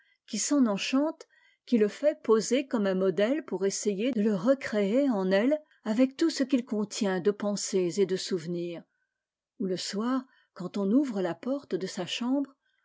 qui s'en enchante qui le fait poser comme un modèle pour essayer de le recréer en elle avec tout ce qu'il contient de pensées et de souvenir où le soir quand on ouvre la porte de sa chambre